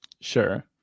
Sure